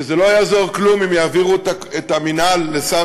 שזה לא יעזור כלום אם יעבירו את המינהל לשר